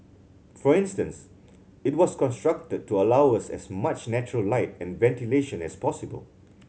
for instance it was constructed to allow as much natural light and ventilation as possible